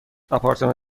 آپارتمان